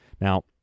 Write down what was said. Now